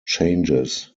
changes